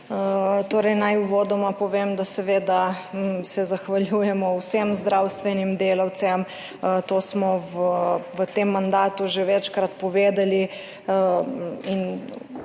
besedo. Naj uvodoma povem, da se seveda zahvaljujemo vsem zdravstvenim delavcem, to smo v tem mandatu že večkrat povedali in bomo